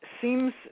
Seems